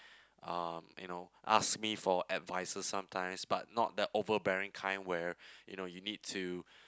uh you know ask me for advices sometimes but not the overbearing kind where you know you need to